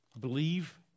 believe